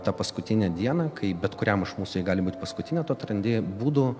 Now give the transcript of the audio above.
tą paskutinę dieną kai bet kuriam iš mūsų ji gali būt paskutinė tu atrandi būdų